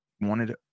wanted